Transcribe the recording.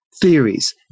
theories